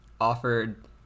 offered